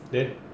then